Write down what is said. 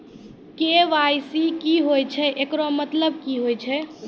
KYC की होय छै, एकरो मतलब की होय छै?